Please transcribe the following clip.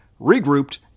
regrouped